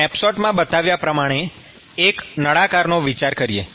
સ્નેપશોટમાં બતાવ્યા પ્રમાણે એક નળાકારનો વિચાર કરો